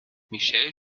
michelle